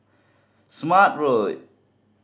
Smart Road